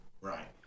Right